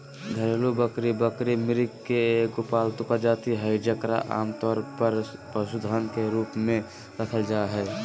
घरेलू बकरी बकरी, मृग के एगो पालतू प्रजाति हइ जेकरा आमतौर पर पशुधन के रूप में रखल जा हइ